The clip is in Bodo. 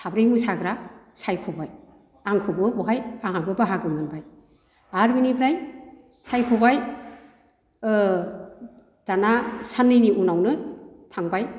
साब्रै मोसाग्रा सायख'बाय आंखौबो बेहाय आंहाबो बाहागो मोनबाय आरो बिनिफ्राय सायख'बाय दाना साननैनि उनावनो थांबाय